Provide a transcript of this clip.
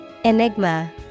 Enigma